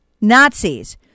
Nazis